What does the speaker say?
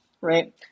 Right